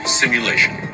simulation